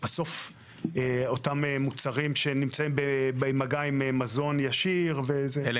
בסוף אותם מוצרים שנמצאים במגע עם מזון ישיר- -- אלא